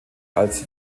als